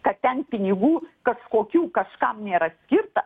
kad ten pinigų kažkokių kažkam nėra skirta